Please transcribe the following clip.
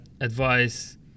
advice